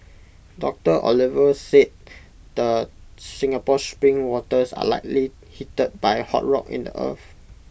doctor Oliver said the Singapore spring waters are likely heated by hot rock in the earth